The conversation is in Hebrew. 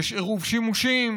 יש עירוב שימושים.